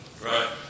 Right